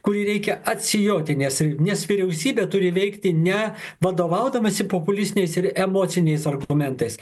kurį reikia atsijoti nes nes vyriausybė turi veikti ne vadovaudamasi populistiniais ir emociniais argumentais